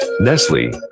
Nestle